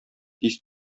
тиз